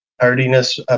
hardiness